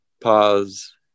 pause